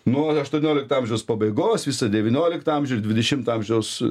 nuo aštuoniolikto amžiaus pabaigos visą devynioliktą amžių ir dvidešimto amžiaus